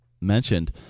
mentioned